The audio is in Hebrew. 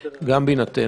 למה אי אפשר